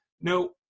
No